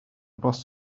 bws